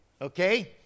Okay